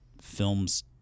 films